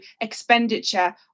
expenditure